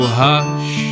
hush